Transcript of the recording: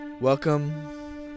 Welcome